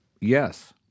Yes